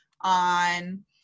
on